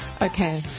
Okay